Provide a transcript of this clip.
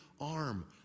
arm